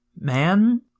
man